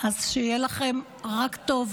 אז שיהיה לכם רק טוב,